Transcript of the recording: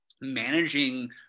managing –